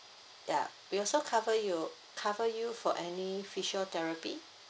ya we also cover your cover you for any physiotherapy